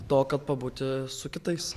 to kad pabūti su kitais